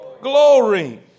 glory